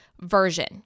version